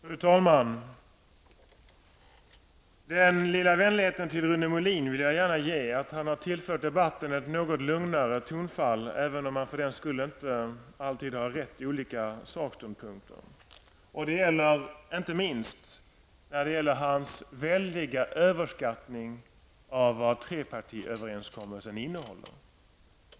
Fru talman! Jag vill gärna ge Rune Molin den lilla vänligheten att han har tillfört debatten ett något lugnare tonfall, även om han för den skull inte alltid har rätt i olika saksynpunkter. Det gäller inte minst hans väldiga överskattning av vad trepartiöverenskommelsen innehåller.